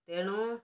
ତେଣୁ